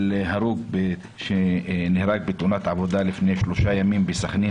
ההרוג שנהרג בתאונת עבודה לפני שלושה ימים בסכנין,